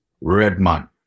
Redman